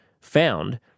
found